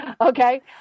okay